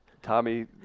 Tommy